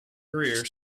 career